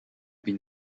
been